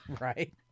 Right